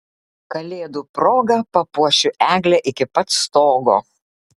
kalėdų proga papuošiu eglę iki pat stogo